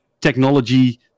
technology